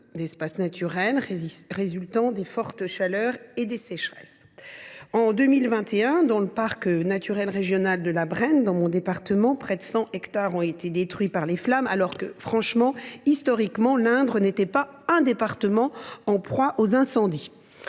d’espaces naturels résultant des fortes chaleurs et des sécheresses. En 2021, dans le parc naturel régional de la Brenne, dans le département de l’Indre, près de 100 hectares ont été détruits par les flammes, alors que ce département, historiquement, n’est pas un territoire en proie aux incendies.